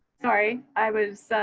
sorry, i was